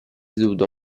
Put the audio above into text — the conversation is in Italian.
seduto